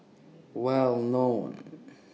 Well known